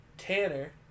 Tanner